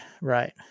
right